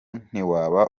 ntiwaba